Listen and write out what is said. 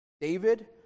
David